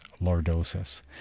lordosis